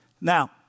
Now